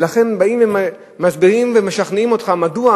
ולכן באים ומסבירים ומשכנעים אותך מדוע